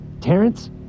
Terrence